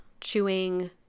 chewing